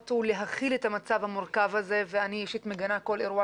ולהכיל את המצב המורכב הזה ואני אישית מגנה כל אירוע